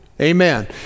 Amen